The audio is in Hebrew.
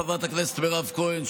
חברת הכנסת מירב כהן,